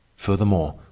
Furthermore